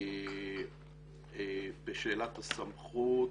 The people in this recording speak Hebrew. בשאלת הסמכות